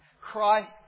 Christ